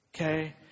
okay